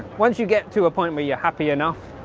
once you get to a point where you're happy enough,